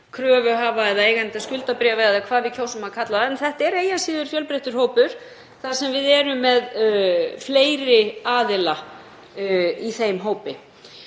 kröfuhafa eða eigenda skuldabréfa, eða hvað við kjósum að kalla það, en þetta er eigi að síður fjölbreyttur hópur þar sem við erum með fleiri aðila í þeim hópi.